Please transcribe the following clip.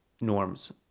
norms